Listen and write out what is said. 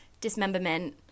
dismemberment